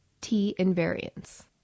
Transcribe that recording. T-invariance